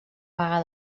vaga